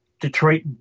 Detroit